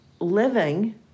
living